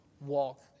walk